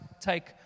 take